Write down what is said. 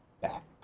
back